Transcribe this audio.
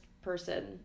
person